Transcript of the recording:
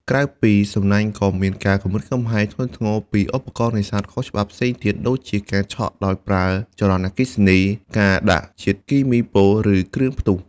ក្រៅពីសំណាញ់ ក៏មានការគំរាមកំហែងធ្ងន់ធ្ងរពីឧបករណ៍នេសាទខុសច្បាប់ផ្សេងទៀត ដូចជាការឆក់ត្រីដោយប្រើចរន្តអគ្គិសនី ការដាក់ជាតិគីមីពុល ឬគ្រឿងផ្ទុះ។